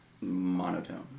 monotone